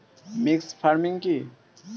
Mixed farming কি?